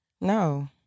No